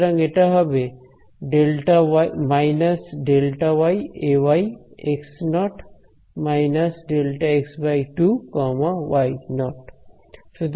সুতরাং এটা হবে − Δ yA y x 0 − Δ x2 y0